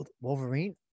wolverine